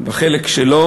בחלק שלו.